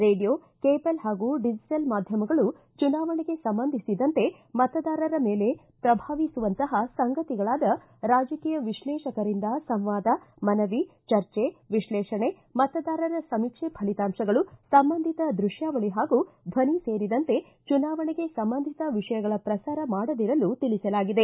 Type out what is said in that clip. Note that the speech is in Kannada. ಕೇಡಿಯೋ ಕೇಬಲ್ ಹಾಗೂ ಡಿಜಿಟಲ್ ಮಾಧ್ವಮಗಳು ಚುನಾವಣೆಗೆ ಸಂಬಂಧಿಸಿದಂತೆ ಮತದಾರರ ಮೇಲೆ ಪ್ರಭಾವಿಸುವಂತಹ ಸಂಗತಿಗಳಾದ ರಾಜಕೀಯ ವಿಶ್ಲೇಷಕರಿಂದ ಸಂವಾದ ಮನವಿ ಚರ್ಚೆ ವಿಶ್ಲೇಷಣೆ ಮತದಾರರ ಸಮೀಕ್ಷೆ ಫಲಿತಾಂಶಗಳು ಸಂಬಂಧಿತ ದೃತ್ತಾವಳಿ ಹಾಗೂ ಧ್ವನಿ ಸೇರಿದಂತೆ ಚುನಾವಣೆಗೆ ಸಂಬಂಧಿತ ವಿಷಯಗಳ ಪ್ರಸಾರ ಮಾಡದಿರಲು ತಿಳಸಲಾಗಿದೆ